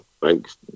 Thanks